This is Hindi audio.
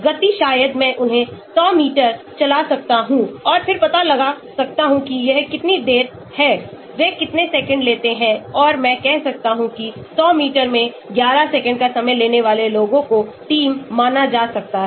गति शायद मैं उन्हें 100 मीटर चला सकता हूं और फिर पता लगा सकता हूं कि यह कितनी देर है वे कितने सेकंड लेते हैं और मैं कह सकता हूं कि 100 मीटर में 11 सेकंड का समय लेने वाले लोगों को टीम माना जा सकता है